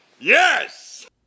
Yes